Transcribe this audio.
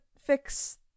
fix